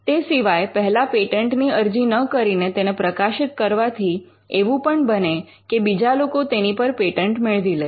તે સિવાય પહેલા પેટન્ટની અરજી ન કરીને તેને પ્રકાશિત કરવાથી એવું પણ બને કે બીજા લોકો તેની પર પેટન્ટ મેળવી લે